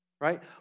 right